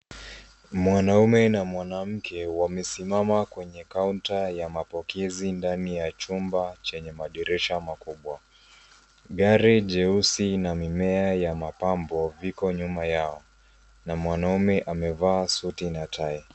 Mwanamume na mwanamke wamesimama kwenye kaunta ya mapokezi ndani ya chumba chenye madirisha makubwa. Gari jeusi na mimea ya mapambo viko nyuma yao na mwanaume amevaa suti na tai.